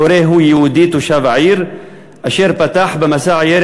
היורה הוא יהודי תושב העיר אשר פתח במסע ירי